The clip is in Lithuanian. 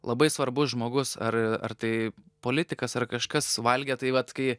labai svarbus žmogus ar ar tai politikas ar kažkas valgė tai vat kai